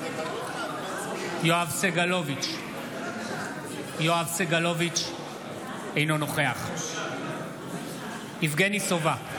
יואב סגלוביץ' אינו נוכח יבגני סובה,